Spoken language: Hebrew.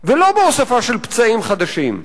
ולא בהוספה של פצעים חדשים.